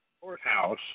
courthouse